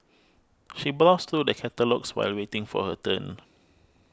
she browsed through the catalogues while waiting for her turn